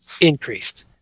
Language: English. increased